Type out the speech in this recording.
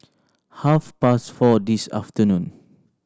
half past four this afternoon